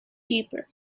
deeper